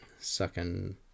sucking